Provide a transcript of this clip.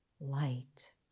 light